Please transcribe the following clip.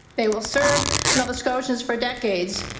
they will serve nova scotians for decades,